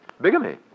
Bigamy